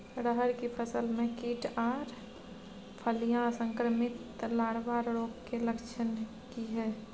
रहर की फसल मे कीट आर फलियां संक्रमित लार्वा रोग के लक्षण की हय?